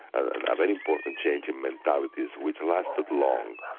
and a and very important change in mentalities, which lasted long,